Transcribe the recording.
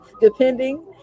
depending